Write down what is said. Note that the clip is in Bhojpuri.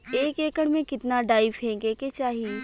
एक एकड़ में कितना डाई फेके के चाही?